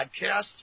Podcasts